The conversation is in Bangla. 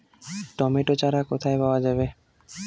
টমেটো চারা কোথায় পাওয়া যাবে?